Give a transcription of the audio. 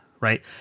right